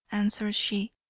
answered she.